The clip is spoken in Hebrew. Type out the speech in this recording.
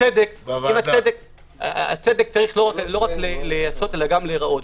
הצדק צריך לא רק להיעשות אלא גם להיראות.